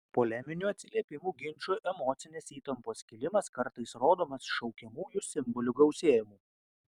poleminių atsiliepimų ginčų emocinės įtampos kilimas kartais rodomas šaukiamųjų simbolių gausėjimu